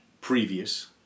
previous